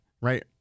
right